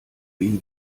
ihn